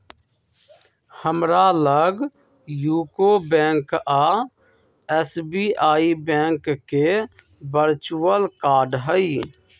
हमरा लग UCO bank आऽ एस.बी.आई बैंक के वर्चुअल कार्ड हइ